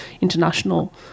international